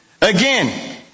Again